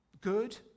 Good